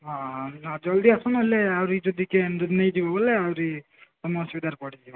ହଁ ହଁ ଜଲଦି ଆସୁନ ନହେଲେ ଆହୁରି କିଏ ଯଦି ନେଇଯିବ ବେଲେ ଆହୁରି ତୁମେ ଅସୁବିଧାରେ ପଡ଼ିଯିବ